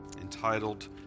entitled